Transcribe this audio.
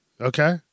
Okay